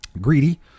greedy